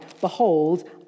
Behold